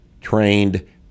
trained